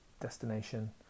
destination